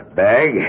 bag